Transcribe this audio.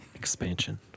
expansion